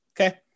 okay